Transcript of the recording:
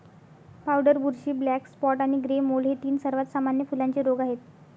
powder बुरशी, black spot आणि grey mould हे तीन सर्वात सामान्य फुलांचे रोग आहेत